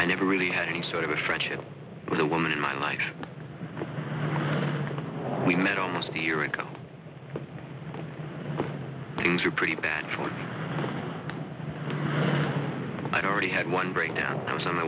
i never really had any sort of a friendship with a woman in my life we met almost a year ago things are pretty bad i already had one breakdown i was on